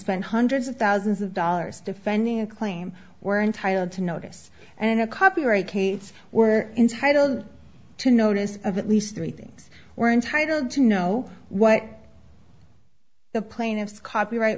spend hundreds of thousands of dollars defending a claim we're entitled to notice and a copyright kate's were entitled to notice of at least three things we're entitled to know what the plaintiffs copyright